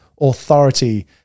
authority